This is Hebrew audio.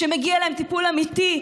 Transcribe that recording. כשמגיע להם טיפול אמיתי,